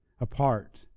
apart